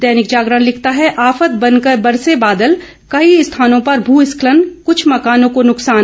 दैनिक जागरण लिखता है आफत बनकर बरसे बादल कई स्थानों पर भुस्खलन कुछ मकानों को नुकसान